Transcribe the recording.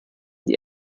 die